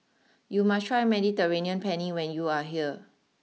you must try Mediterranean Penne when you are here